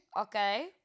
Okay